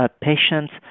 patients